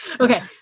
Okay